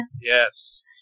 Yes